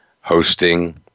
hosting